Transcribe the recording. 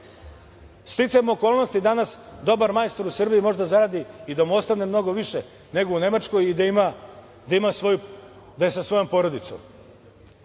Sticajem okolnosti danas, dobar majstor u Srbiji može da zaradi i da mu ostane mnogo više nego u Nemačkoj i da je sa svojom porodicom. Ako